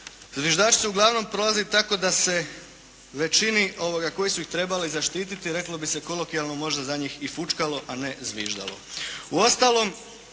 zviždači su uglavnom prolazili tako da većini koji su ih trebali zaštiti reklo bi se, kolokijalno možda za njih i fučkalo a ne zviždalo.